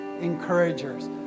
encouragers